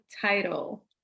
title